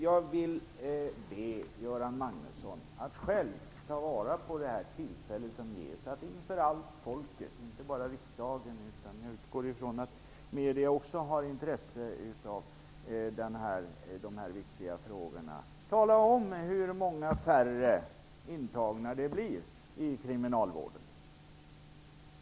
Jag vill be Göran Magnusson att ta vara på detta tillfället att inför allt folket, inte bara i riksdagen - jag utgår från att medierna också har intresse av de här viktiga frågorna - tala om hur många färre intagna det blir i kriminalvården!